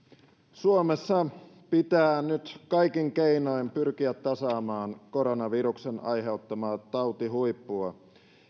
suomessa pitää nyt kaikin keinoin pyrkiä tasaamaan koronaviruksen aiheuttamaa tautihuippua